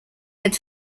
had